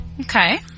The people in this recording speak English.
okay